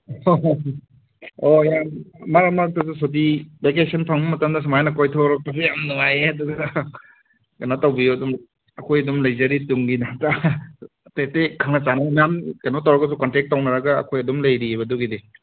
ꯍꯣꯏ ꯍꯣꯏ ꯍꯣꯏ ꯑꯣ ꯌꯥꯝ ꯃꯔꯛ ꯃꯔꯛꯇꯁꯨ ꯁꯨꯇꯤ ꯕꯦꯀꯦꯁꯟ ꯐꯪꯕ ꯃꯇꯝꯗ ꯁꯨꯃꯥꯏꯅ ꯀꯣꯏꯊꯣꯔꯛꯄꯁꯦ ꯌꯥꯝ ꯅꯨꯡꯉꯥꯏꯌꯦ ꯑꯗꯨꯒ ꯀꯩꯅꯣ ꯇꯧꯕꯤꯌꯣ ꯑꯗꯨꯝ ꯑꯩꯈꯣꯏ ꯑꯗꯨꯝ ꯂꯩꯖꯔꯤ ꯇꯨꯡꯒꯤ ꯍꯟꯗꯛ ꯑꯇꯩ ꯑꯇꯩ ꯈꯪꯅ ꯆꯥꯟꯅꯕ ꯃꯌꯥꯝ ꯀꯩꯅꯣ ꯇꯧꯔꯒꯁꯨ ꯀꯟꯇꯦꯛ ꯈꯧꯅꯔꯒ ꯑꯩꯈꯣꯏ ꯑꯗꯨꯝ ꯂꯩꯔꯤꯕ ꯑꯗꯨꯒꯤꯗꯤ